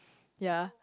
ya